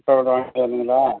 எப்போ வரலான்னு